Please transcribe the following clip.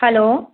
hello